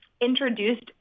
introduced